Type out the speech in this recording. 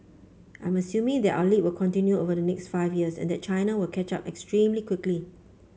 I'm assuming that our lead will continue over the next five years and that China will catch up extremely quickly